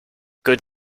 good